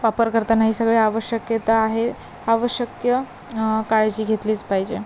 वापर करताना हे सगळे आवश्यकता आहे आवश्यक्य काळजी घेतलीच पाहिजे